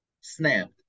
snapped